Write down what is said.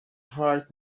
heart